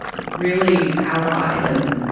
really allied and